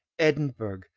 edinburgh,